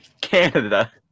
Canada